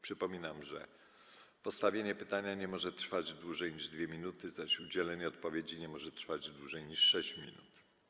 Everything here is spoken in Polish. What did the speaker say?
Przypominam, że postawienie pytania nie może trwać dłużej niż 2 minuty, zaś udzielenie odpowiedzi nie może trwać dłużej niż 6 minut.